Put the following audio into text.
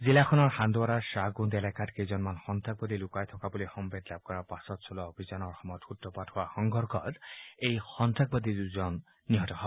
জিলাখনত হাণ্ডৱাৰাৰ খাহণ্ডণ্ড এলেকাত কেইজনমান সন্তাসবাদী লুকাই থকা বুলি সম্ভেদ লাভ কৰাৰ পাছত চলোৱা অভিযানৰ সময়ত সূত্ৰপাত হোৱা সংঘৰ্ষত এই সন্তাসবাদী দুজন নিহত হয়